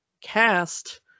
cast